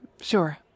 sure